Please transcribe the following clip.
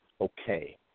okay